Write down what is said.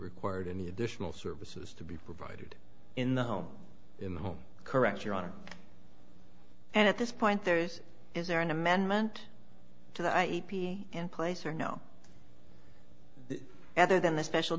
required any additional services to be provided in the home in the home correct your honor and at this point there's is there an amendment to the a p and place or no other than the special